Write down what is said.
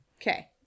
Okay